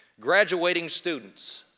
graduating students,